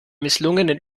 misslungenen